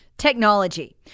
Technology